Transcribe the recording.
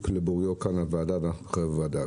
לבוריו כאן בוועדה ואחנו כחברי הוועדה.